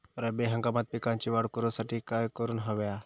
रब्बी हंगामात पिकांची वाढ करूसाठी काय करून हव्या?